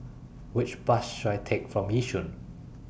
Which Bus should I Take from Yishun